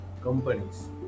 companies